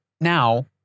Now